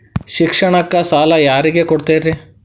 ಶಿಕ್ಷಣಕ್ಕ ಸಾಲ ಯಾರಿಗೆ ಕೊಡ್ತೇರಿ?